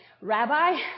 Rabbi